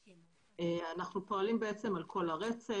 אנחנו פועלים על כל הרצף,